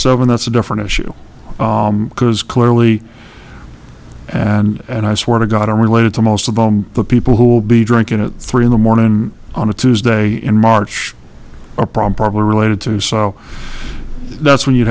seven that's a different issue because clearly and i swear to god are related to most of the people who will be drinking at three in the morning on a tuesday in march or probably related to so that's when you